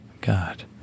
god